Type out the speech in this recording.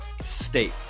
State